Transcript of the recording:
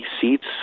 seats